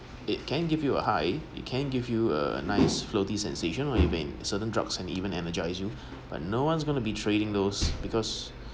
it can give you a high it can give you a nice floating sensation or even certain drugs and even energize you but no one's gonna be trading those because